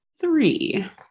three